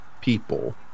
people